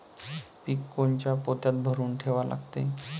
पीक कोनच्या पोत्यात भरून ठेवा लागते?